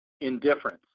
indifference